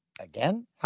again